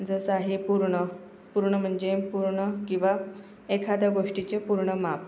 जसा आहे पूर्ण पूर्ण म्हणजे पूर्ण किंवा एखाद्या गोष्टीचे पूर्ण माप